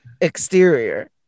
exterior